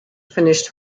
finished